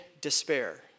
despair